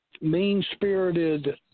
mean-spirited